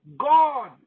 God